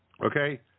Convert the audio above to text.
Okay